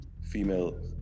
female